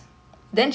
mm